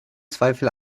zweifel